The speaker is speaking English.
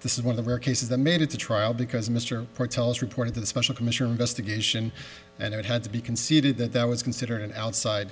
this is one of the cases that made it to trial because mr foretells reported to the special commission investigation and it had to be conceded that that was considered an outside